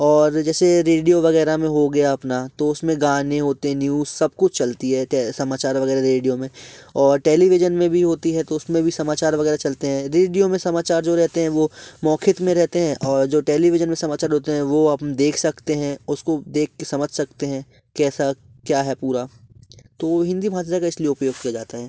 और जैसे रेडियो वग़ैरह में हो गया अपना तो उसमें गाने होते हैं न्यूज़ सब कुछ चलती है तो समाचार वग़ैरह रेडियो में और टेलीविजन में भी होती है तो उसमें भी समाचार वग़ैरह चलते हैं रेडियो में समाचार जो रहते हैं वे मौखित में रहते हैं और जो टेलीविजन में समाचार में होते हैं वे आप देख सकते हैं उसको देख कर समझ सकते हैं कैसा क्या है पूरा तो हिंदी भाषा का इसलिए उपयोग किया जाता है